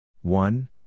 one